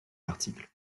l’article